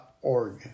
org